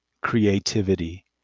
creativity